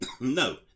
No